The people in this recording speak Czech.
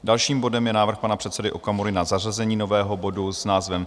Dalším bodem je návrh pana předsedy Okamury na zařazení nového bodu s názvem